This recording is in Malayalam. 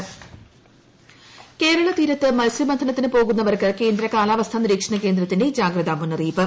ജാഗ്രത നിർദ്ദേശം കേരള തീരത്ത് മൽസ്യബന്ധനത്തിന് പോകുന്നവർക്ക് കേന്ദ്ര കാലാവസ്ഥാ നിരീക്ഷണ കേന്ദ്രത്തിന്റെ ജാഗ്രതാ മുന്നറിയിപ്പ്